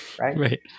Right